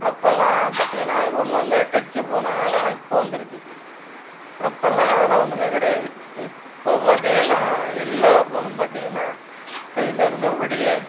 அப்போல்லாம் பார்த்தீங்கன்னா ஒன்றும் அந்த டச்சி ஃபோன் அதெல்லாம் இப்போ வந்துருக்குது அப்போல்லாம் அதலாம் ஒன்றுமே கிடையாது இப்போது பார்த்தீங்கன்னா எல்லா ஃபோனும் பார்த்தீங்கன்னா கையில் இருந்தபடியே